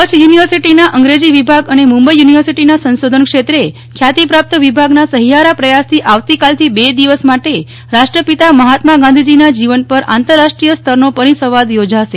કચ્છ યુનિવર્સિટીના અંગ્રેજી વિભાગ અને મુંબઇ યુનિવર્સિટીના સંશોધન ક્ષેત્રે ખ્યાતિપ્રાપ્ત વિભાગના સહિયારા પ્રયાસથી આવતીકાલથી બે દિવસ માટે રાષ્ટ્રપિતા મહાત્મા ગાંધીજીના જીવન પર આંતરરાષ્ટ્રીય સ્તરનો પરિસંવાદ યોજાશે